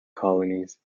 colonies